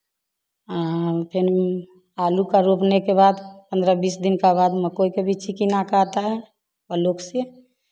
और फिर आलू का रोपने के बाद पन्द्रह बीस दिन के बाद मकई का बिछी किन के आता है ब्लोक से